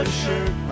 shirt